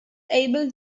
able